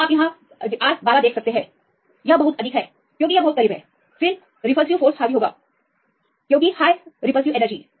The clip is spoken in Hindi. तो आप आर 12 देख सकते हैं यह बहुत अधिक है क्योंकि यह बहुत करीब है फिर प्रतिकारक हावी होगा क्योंकि उच्च प्रतिकारक ऊर्जा